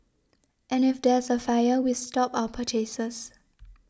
and if there's a fire we stop our purchases